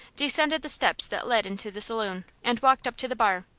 descended the steps that led into the saloon, and walked up to the bar.